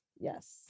Yes